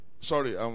sorry